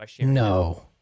No